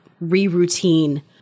re-routine